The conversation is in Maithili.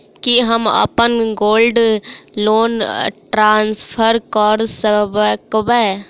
की हम अप्पन गोल्ड लोन ट्रान्सफर करऽ सकबै?